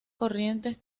corrientes